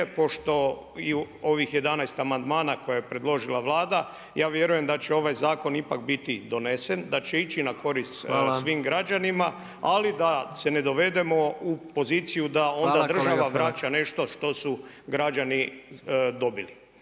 pošto i u ovih 11 amandmana koje je predložila Vlada ja vjerujem da će ovaj zakon ipak biti donesen, da će ići na korist svim građanima ali da se ne dovedemo u poziciju da onda država vraća nešto što su građani dobili.